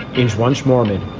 is once more.